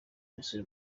nelson